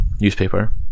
newspaper